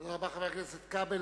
חבר הכנסת כבל,